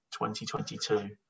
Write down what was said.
2022